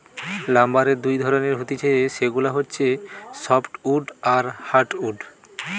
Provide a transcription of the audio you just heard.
লাম্বারের দুই ধরণের হতিছে সেগুলা হচ্ছে সফ্টউড আর হার্ডউড